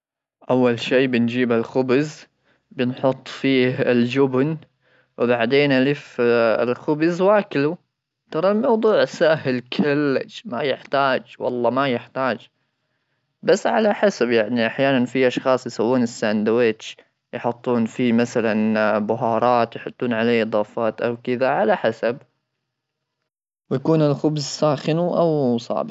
اول شيء بنجيب الخبز بنحط فيه الجبن ,وبعدين الف الخبز واكله ترى الموضوع سهل كلش ما يحتاج والله ما يحتاج ,بس على حسب يعني احيانا في اشخاص يسوون الساندويتش يحطون فيه مثلا بهارات يحطون عليه اضافات او كذا على حسب ويكون الخبز ساخن او صابح.